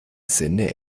sinne